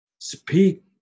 Speak